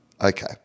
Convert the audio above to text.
Okay